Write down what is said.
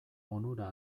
onura